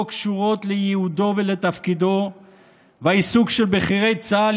קשורות לייעודו ולתפקידו והעיסוק של בכירי צה"ל,